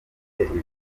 umurenge